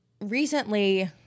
recently